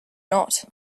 not